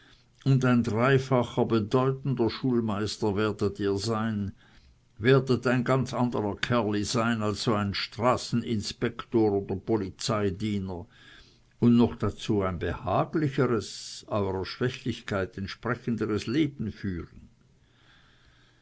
und ein dreifacher bedeutender schulmeister werdet ihr sein werdet ein ganz anderer kerli sein als so ein straßeninspektor oder polizeidiener und noch dazu ein behaglicheres eurer schwächlichkeit entsprechenderes leben führen